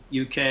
UK